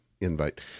invite